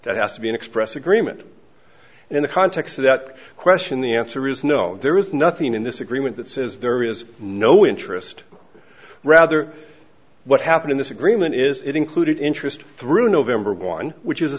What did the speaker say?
that has to be an express agreement in the context of that question the answer is no there is nothing in this agreement that says there is no interest or rather what happened in this agreement is it included interest through november one which is a